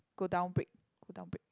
go down brake go down brake